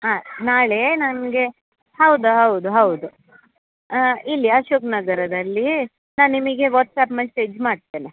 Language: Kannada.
ಹಾಂ ನಾಳೆ ನನಗೆ ಹೌದಾ ಹೌದಾ ಹೌದು ಇಲ್ಲಿ ಅಶೋಕ್ ನಗರದಲ್ಲಿ ನಾನು ನಿಮಗೆ ವಾಟ್ಸ್ಆ್ಯಪ್ ಮೆಸೇಜ್ ಮಾಡ್ತೇನೆ